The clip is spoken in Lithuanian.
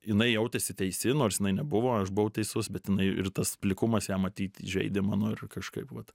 jinai jautėsi teisi nors nebuvo aš buvau teisus bet jinai ir tas plikumas ją matyt įžeidė mano ir kažkaip vat